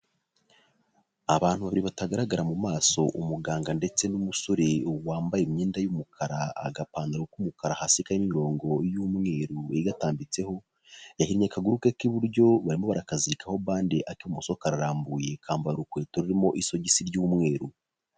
Abantu babiri batagaragara mu maso, umuganga ndetse n'umusore wambaye imyenda y'umukara, agapantaro k'umukara hasi karimo imirongo y'umweruru igatambitseho, yahinnye akaguru ke k'iburyo barimo barakazirikaho bande ak'ibumoso kararambuye kambaye urukweto rurimo isogisi ry'umweru.